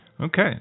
Okay